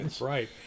Right